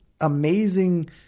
amazing